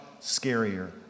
scarier